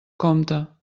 compte